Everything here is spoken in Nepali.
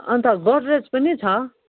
अन्त गद्रेज पनि छ